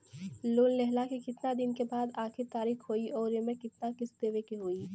Loan लेहला के कितना दिन के बाद आखिर तारीख होई अउर एमे कितना किस्त देवे के होई?